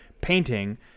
painting